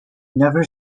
never